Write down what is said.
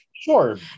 sure